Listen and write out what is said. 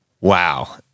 Wow